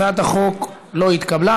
הצעת החוק לא התקבלה.